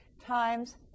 times